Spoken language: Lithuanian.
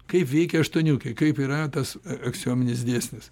kaip veikia aštuoniukė kaip yra tas aksiominis dėsnis